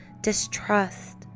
distrust